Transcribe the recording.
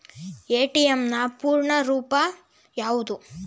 ATM ನ ಪೂರ್ಣ ರೂಪ ಯಾವುದು?